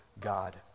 God